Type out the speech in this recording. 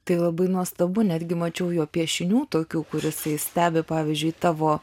tai labai nuostabu netgi mačiau jo piešinių tokių kur jisai stebi pavyzdžiui tavo